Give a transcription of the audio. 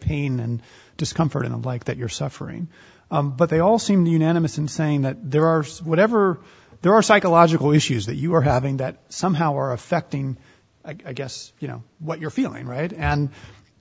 pain and discomfort in a like that you're suffering but they all seem unanimous in saying that there are some whatever there are psychological issues that you are have i mean that somehow or affecting i guess you know what you're feeling right and